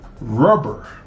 rubber